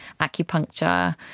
acupuncture